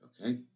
okay